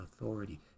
authority